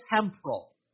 temporal